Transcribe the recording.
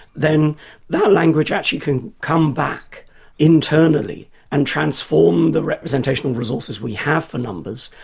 then that language actually can come back internally and transform the representational resources we have for numbers,